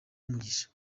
umugisha